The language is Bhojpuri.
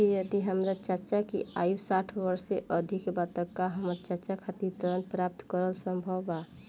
यदि हमर चाचा की आयु साठ वर्ष से अधिक बा त का हमर चाचा खातिर ऋण प्राप्त करल संभव बा